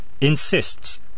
insists